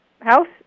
house